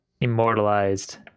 immortalized